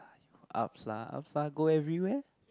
ups lah ups lah go everywhere